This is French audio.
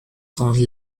dont